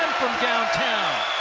downtown.